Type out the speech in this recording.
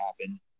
happen